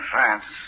France